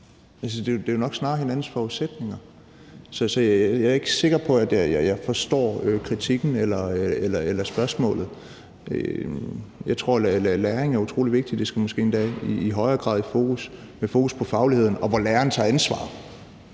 de er jo nok snarere hinandens forudsætninger. Så jeg er ikke sikker på, at jeg forstår kritikken eller spørgsmålet. Jeg tror, at læringen er utrolig vigtig – det skal måske endda i højere grad i fokus – med fokus på fagligheden, og at læreren tager ansvar